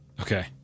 Okay